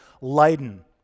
Leiden